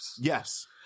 Yes